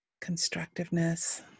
constructiveness